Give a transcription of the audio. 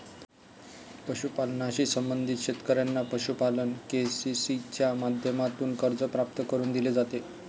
पशुपालनाशी संबंधित शेतकऱ्यांना पशुपालन के.सी.सी च्या माध्यमातून कर्ज प्राप्त करून दिले जाते